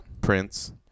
Prince